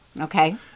okay